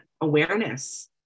awareness